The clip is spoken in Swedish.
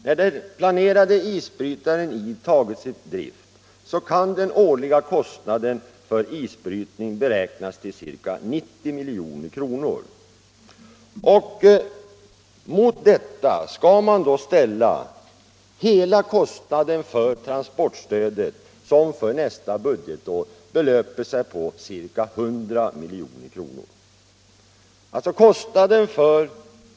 När den planerade isbrytaren I tagits i drift kan den årliga kostnaden för isbrytning beräknas till ca 90 milj.kr. Mot detta skall man då ställa kostnaden för transportstödet som för nästa år belöper sig till ca 100 milj.kr.